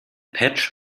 patch